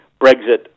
Brexit